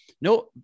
no